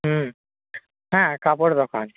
হুম হ্যাঁ কাপড়ের দোকান